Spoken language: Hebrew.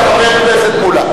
רק רגע, חבר הכנסת מולה.